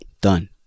Done